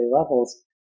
levels